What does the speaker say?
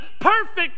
perfect